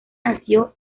nació